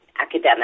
academic